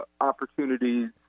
opportunities